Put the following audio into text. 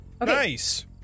Nice